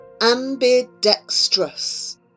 ambidextrous